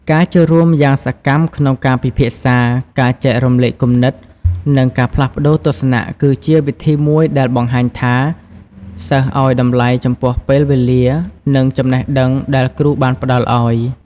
ការចូលរួមយ៉ាងសកម្មក្នុងការពិភាក្សា ការចែករំលែកគំនិត និងការផ្លាស់ប្តូរទស្សនៈ គឺជាវិធីមួយដែលបង្ហាញថា សិស្សឱ្យតម្លៃចំពោះពេលវេលា និងចំណេះដឹងដែលគ្រូបានផ្តល់ឱ្យ។